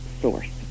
source